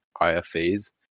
IFA's